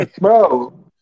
bro